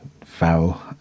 foul